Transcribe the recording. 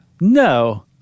No